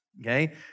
okay